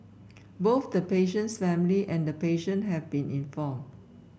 both the patient's family and the patient have been informed